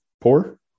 poor